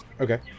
okay